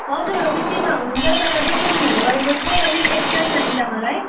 हजुर त्यतिमा हुन्छ तर डेकुरेसनहरू गरेको चाहिँ अलिक एक्स्ट्रै चाहिन्छ मलाई